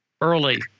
early